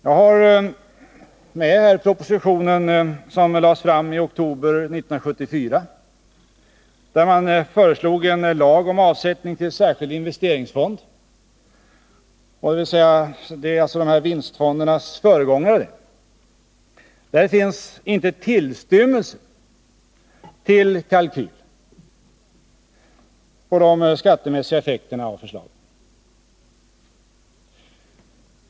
Jag har här propositionen som lades fram i oktober 1974 med förslag till lag om avsättning till särskild investeringsfond, alltså vinstfondernas föregångare. Där finns inte en tillstymmelse till kalkyler vad beträffar de skattemässiga effekterna av förslaget.